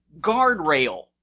guardrail